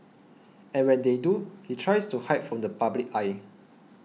and when they do he tries to hide from the public eye